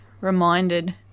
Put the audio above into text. reminded